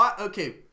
Okay